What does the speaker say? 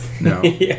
No